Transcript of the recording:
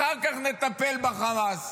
אחר כך נטפל בחמאס.